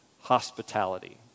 hospitality